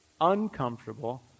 uncomfortable